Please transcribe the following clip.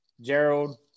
Gerald